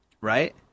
Right